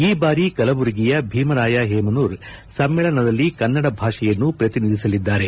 ಈ ಬಾರಿ ಕಲಬುರಗಿಯ ಭೀಮರಾಯ ಹೇಮನೂರ್ ಸಮ್ಮೇಳನದಲ್ಲಿ ಕನ್ನಡ ಭಾಷೆಯನ್ನು ಪ್ರತಿನಿಧಿಸಲಿದ್ದಾರೆ